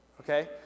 Okay